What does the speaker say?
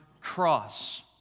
cross